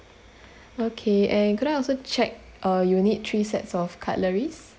okay and could I also check uh you need three sets of cutleries